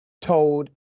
told